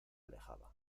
alejaba